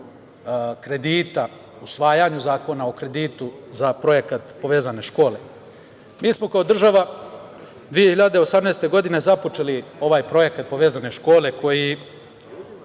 kredita, usvajanju zakona o kreditu za projekat „Povezane škole“.Mi smo kao država 2018. godine započeli ovaj projekat „Povezane škole“ kako